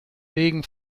wegen